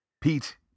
Pete